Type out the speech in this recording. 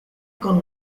con